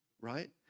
right